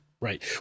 right